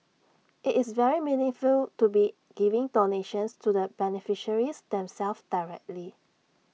IT is very meaningful to be giving donations to the beneficiaries themselves directly